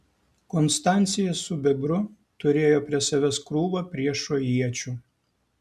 konstancija su bebru turėjo prie savęs krūvą priešo iečių